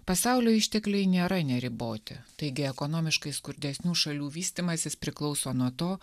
pasaulio ištekliai nėra neriboti taigi ekonomiškai skurdesnių šalių vystymasis priklauso nuo to